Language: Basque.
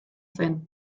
zen